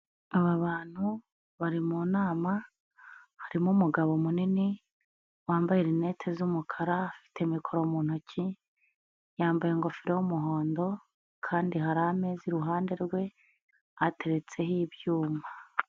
Aba bantu bari mu nama, harimo umugabo munini wambaye linete z'umukara, afite mikoro mu ntoki, yambaye ingofero y'umuhondo, kandi hari ameze iruhande rwe, hateretseho ibyuma.